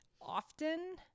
often